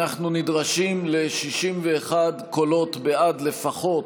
אנחנו נדרשים ל-61 קולות בעד לפחות